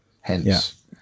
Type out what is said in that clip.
Hence